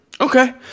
Okay